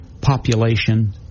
population